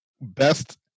best